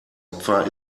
opfer